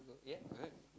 ya